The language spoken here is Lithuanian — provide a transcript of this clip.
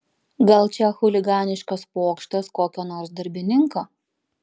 gal čia chuliganiškas pokštas kokio nors darbininko